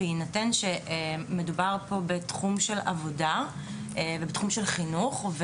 בהינתן שמדובר פה בתחום של עבודה ובתחום של חינוך.